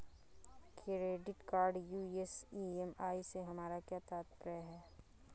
Credit card US EMI से हमारा क्या तात्पर्य है?